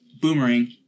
boomerang